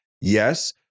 Yes